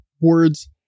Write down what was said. words